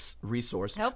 resource